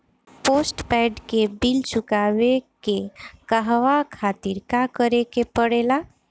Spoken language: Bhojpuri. पोस्टपैड के बिल चुकावे के कहवा खातिर का करे के पड़ें ला?